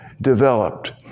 developed